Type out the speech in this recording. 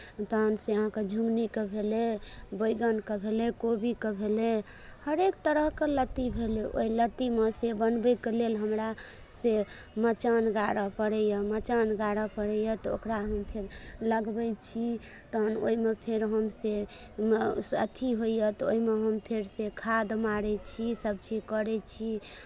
तहनसँ अहाँकेँ झुङ्गनीके भेलै बैगनके भेलै कोबीके भेलै हरेक तरहके लत्ती भेलै ओहि लत्तीमे से बनबयके लेल हमरा से मचान गाड़य पड़ैए मचान गाड़य पड़ैए तऽ ओकरा हम फेर लगबै छै तहन ओहिमे फेर हम से अथि होइए तऽ ओहिमे हम फेरसँ खाद मारैत छी सभचीज करै छी